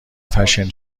فشن